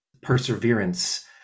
perseverance